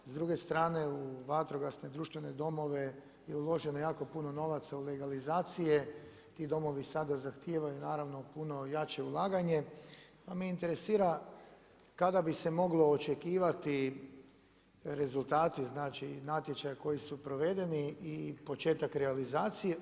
S druge strane u vatrogasne, društvene domove je uloženo jako puno novaca u legalizacije, ti domovi sada zahtijevaju naravno puno jače ulaganje, pa me interesira kada bi se moglo očekivati, rezultati znači natječaja koji su provedeni i početak realizacije.